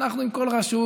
אנחנו עם כל רשות.